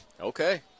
Okay